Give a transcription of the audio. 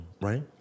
right